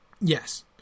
yes